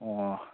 ꯑꯣ